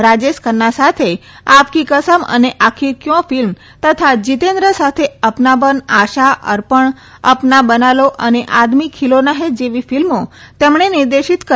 રાજેશ ખન્ના સાથે આપ કી કસમ અને આખીર કર્યો ફિલ્મ તથા જીતેન્દ્ર સાથે અપનાપન આશા અર્પણ અપના બના લો અને આદમી ખિલોના હૈ જેવી ફિલ્મો તેમણે નિર્દેશીત કરી હતી